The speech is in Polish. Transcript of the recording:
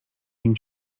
nim